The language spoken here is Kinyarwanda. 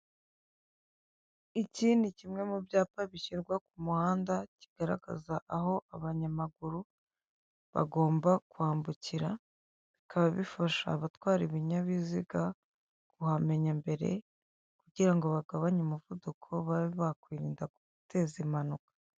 Iki ni kimwe mu byapa bishyirwa ku muhanda kigaragaza aho abanyamaguru bagomba kwambukira, bikaba bifasha abatwara ibinyabiziga kuhamenya mbere kugira ngo bagabanye umuvuduko babe bakwirinda guteza impanuka.